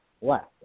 left